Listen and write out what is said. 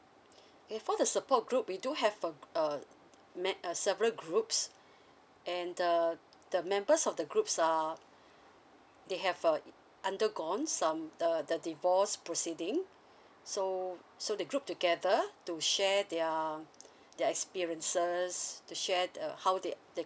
okay for the support group we do have a uh met a several groups and the the members of the groups are they have uh undergone some uh the divroce proceeding so so they group together to share their their experiences to share the how they they